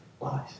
life